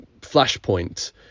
flashpoint